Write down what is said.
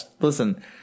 Listen